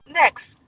next